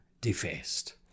defaced